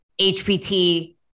HPT